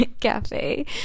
cafe